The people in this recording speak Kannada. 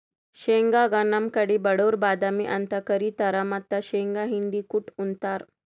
ಶೇಂಗಾಗ್ ನಮ್ ಕಡಿ ಬಡವ್ರ್ ಬಾದಾಮಿ ಅಂತ್ ಕರಿತಾರ್ ಮತ್ತ್ ಶೇಂಗಾ ಹಿಂಡಿ ಕುಟ್ಟ್ ಉಂತಾರ್